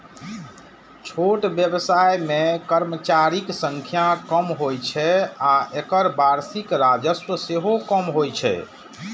छोट व्यवसाय मे कर्मचारीक संख्या कम होइ छै आ एकर वार्षिक राजस्व सेहो कम होइ छै